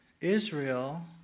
Israel